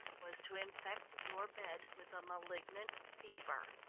was to infect your bed with a malignant fever.